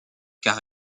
car